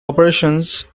operations